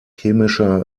chemischer